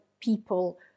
people